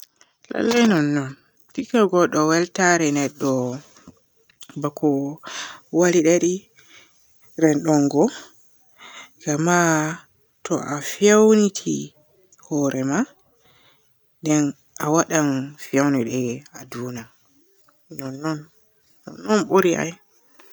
Lallay nonnon dikka godɗo weltare nedɗo baako gama to a fewniti hoore maa den a waadan fewnude haa duna. Nonnon buri ai.